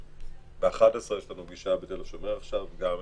אבל ב-11:00 יש לנו פגישה בתל השומר עם פרופ'